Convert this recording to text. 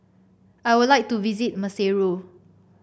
I would like to visit Maseru